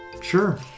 Sure